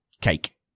Cake